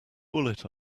bullet